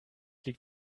liegt